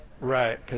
Right